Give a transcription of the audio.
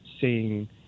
seeing